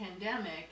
pandemic